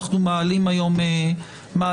אנחנו מעלים היום שאלות.